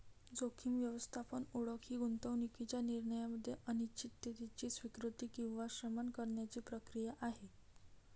जोखीम व्यवस्थापन ओळख ही गुंतवणूकीच्या निर्णयामध्ये अनिश्चिततेची स्वीकृती किंवा शमन करण्याची प्रक्रिया आहे